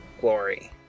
glory